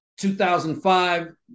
2005